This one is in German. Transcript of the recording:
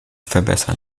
verbessern